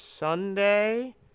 Sunday